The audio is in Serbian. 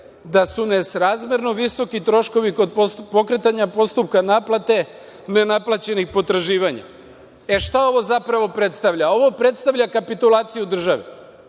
da su nesrazmerno visoki troškovi kod pokretanja postupka naplate nenaplaćenih potraživanja. Šta ovo zapravo predstavlja? Ovo predstavlja kapitulaciju države.